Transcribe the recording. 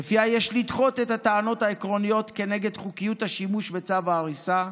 ולפיה יש לדחות את הטענות העקרוניות כנגד חוקיות השימוש בצו ההריסה.